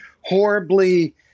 horribly